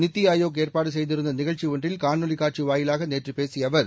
நித்தி ஆயோக் ஏற்பாடு செய்திருந்த நிகழ்ச்சி ஒன்றில் காணொலிக் காட்சி வாயிலாக நேற்று பேசிய அவர்